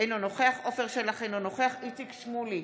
אינו נוכח עפר שלח, אינו נוכח איציק שמולי,